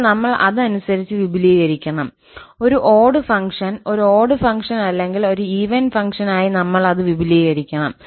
അപ്പോൾ നമ്മൾ അതനുസരിച്ച് വിപുലീകരിക്കണം ഒരു ഓട് ഫംഗ്ഷൻ ഒരു ഓട് ഫംഗ്ഷൻ അല്ലെങ്കിൽ ഒരു ഈവൻ ഫംഗ്ഷൻ ആയി നമ്മൾ അത് വിപുലീകരിക്കണം